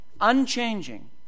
unchanging